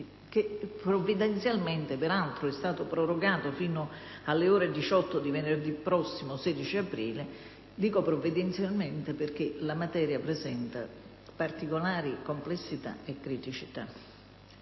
che provvidenzialmente peraltro è stato prorogato fino alle ore 18 di venerdì prossimo, 16 aprile, dico provvidenzialmente perché la materia presenta particolari complessità e criticità.